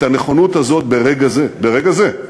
את הנכונות הזאת ברגע זה, ברגע זה,